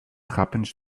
happens